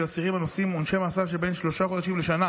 אסירים הנושאים עונשי מאסר שבין שלושה חודשים לשנה,